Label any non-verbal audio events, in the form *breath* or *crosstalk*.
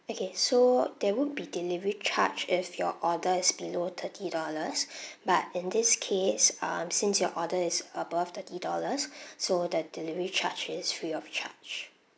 okay so there would be delivery charge if your order is below thirty dollars *breath* but in this case um since your order is above thirty dollars so the delivery charge is free of charge